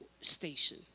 station